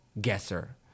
guesser